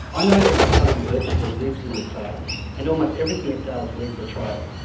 i know that my phone virtually lives in the clouds and almost everything it does leaves a trail.